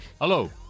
Hello